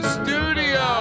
studio